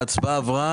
ההצעה אושרה.